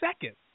Second